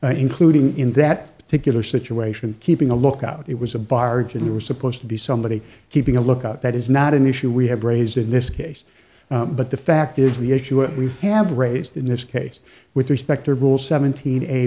ours including in that particular situation keeping a lookout it was a barge and we were supposed to be somebody keeping a lookout that is not an issue we have raised in this case but the fact is the issue we have raised in this case with respect to rule seventeen a